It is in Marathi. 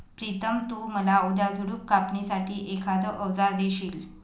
प्रितम तु मला उद्या झुडप कापणी साठी एखाद अवजार देशील?